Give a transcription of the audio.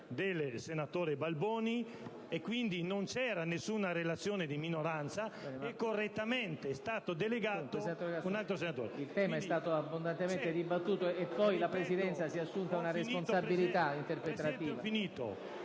del senatore Balboni, quindi non c'era nessuna relazione di minoranza e pertanto correttamente è stato delegato un altro senatore. PRESIDENTE. Senatore Casson, il tema è stato abbondantemente dibattuto e poi la Presidenza si è assunta una responsabilità interpretativa.